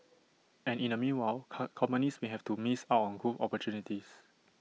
and in the meanwhile cut companies may have to miss out on growth opportunities